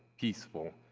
peaceful,